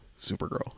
Supergirl